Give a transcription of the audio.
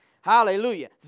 Hallelujah